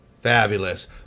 fabulous